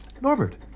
Norbert